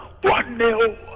One-nil